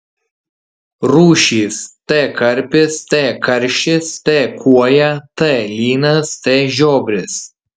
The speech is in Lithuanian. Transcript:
rūšys t karpis t karšis t kuoja t lynas t žiobris